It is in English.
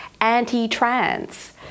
anti-trans